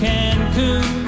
Cancun